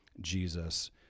Jesus